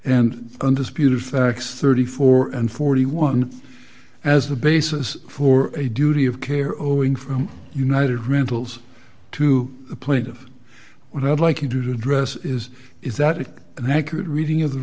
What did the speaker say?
and undisputed facts thirty four and forty one as the basis for a duty of care oing from united rentals to the point of what i'd like you do to address is is that if i could read any of the